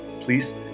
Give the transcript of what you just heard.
please